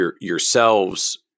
yourselves